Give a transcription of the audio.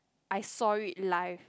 I saw it live